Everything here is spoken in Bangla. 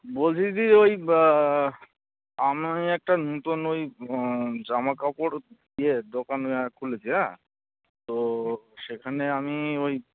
বলছি কি ওই আমি একটা নূতন ওই জামা কাপড় ইয়ে দোকান খুলেছি হ্যাঁ তো সেখানে আমি ওই